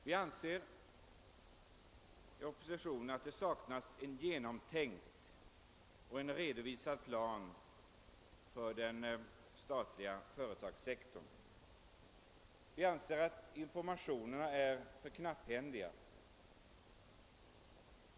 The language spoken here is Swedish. Vi anser inom oppositionen att det saknas en genomtänkt och redovisad plan för den statliga företagssektorn och att informationerna är för knapphändiga.